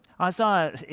Isaiah